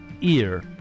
Ear